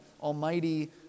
almighty